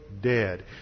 dead